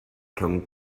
rhwng